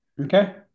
Okay